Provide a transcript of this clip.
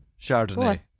Chardonnay